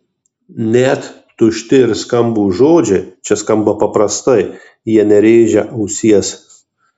net tušti ir skambūs žodžiai čia skamba paprastai jie nerėžia ausies